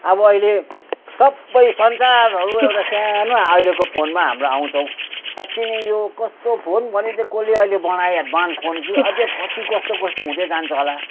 अब अहिले सबै संसारहरू एउटा सानो अहिलेको फोनमा हाम्रो आउँछ हौ साँच्ची नै यो कस्तो फोन भने चाहिँ कसले अहिले बनायो एडभान्स फोन कि अझै पछि कस्तो कस्तो हुँदै जान्छ होला